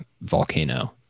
volcano